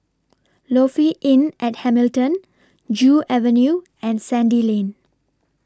Lofi Inn At Hamilton Joo Avenue and Sandy Lane